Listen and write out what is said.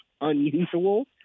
unusual